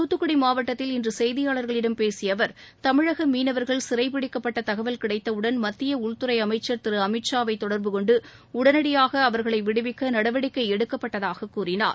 துத்துக்குடி மாவட்டத்தில் இன்று செய்தியாளர்களிடம் பேசிய அவர் தமிழக மீனவர்கள் சிறை பிடிக்கப்பட்ட தகவல் கிடைத்தவுடன் மத்திய உள்துறை அமைச்சர் திரு அமித்ஷாவை தொடர்பு கொண்டு உடனடியாக அவர்களை விடுவிக்க நடவடிக்கை எடுக்கப்பட்டதாக கூறினார்